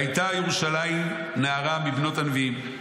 והייתה בירושלים נערה מבנות הנביאים.